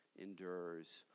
endures